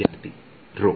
ವಿದ್ಯಾರ್ಥಿ ರೋ